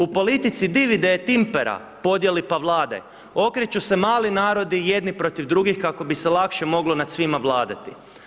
U politici divide et impera, podijeli pa vladaj, okreću se mali narodi jedni protiv drugih kako bi se lakše moglo nad svima vladati.